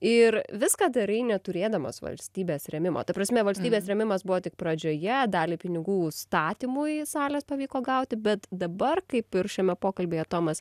ir viską darai neturėdamas valstybės rėmimo ta prasme valstybės rėmimas buvo tik pradžioje dalį pinigų statymui salės pavyko gauti bet dabar kaip ir šiame pokalbyje tomas